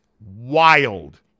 wild